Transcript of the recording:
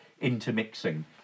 intermixing